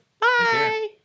Bye